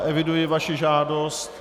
Eviduji vaši žádost.